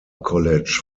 college